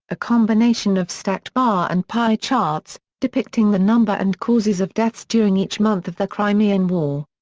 a combination of stacked bar and pie charts, depicting the number and causes of deaths during each month of the crimean war.